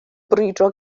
brwydro